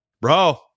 bro